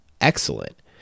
excellent